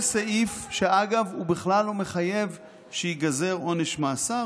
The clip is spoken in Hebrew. זה סעיף שבכלל לא מחייב שייגזר עונש מאסר,